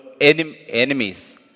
enemies